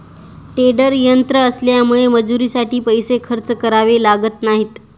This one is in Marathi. टेडर यंत्र आल्यामुळे मजुरीसाठी पैसे खर्च करावे लागत नाहीत